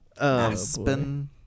Aspen